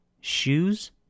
Shoes